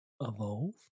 evolved